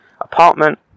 apartment